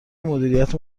مدیریت